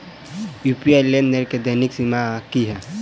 UPI लेनदेन केँ दैनिक सीमा की है?